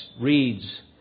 reads